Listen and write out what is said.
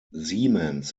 siemens